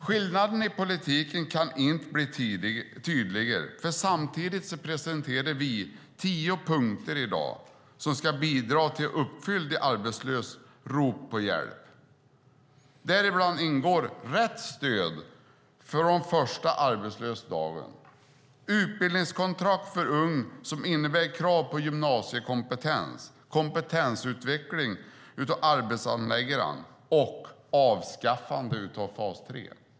Skillnaden i politiken kan inte bli tydligare, för samtidigt presenterar vi i dag tio punkter som ska bidra till att uppfylla de arbetslösas rop på hjälp. Där ingår rätt stöd från den första arbetslösa dagen, utbildningskontrakt för unga som innebär krav på gymnasiekompetens, kompetensutveckling av arbetshandläggarna och avskaffande av fas 3.